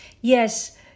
Yes